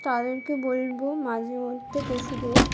তাদেরকে বলবো মাঝে মধ্যে পশুদের